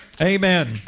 amen